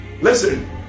listen